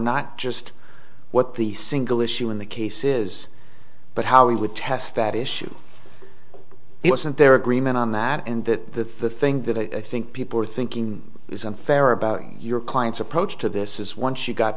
not just what the single issue in the case is but how we would test that issue it wasn't there agreement on that and the thing that i think people are thinking is unfair about your client's approach to this is once you got